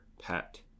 pet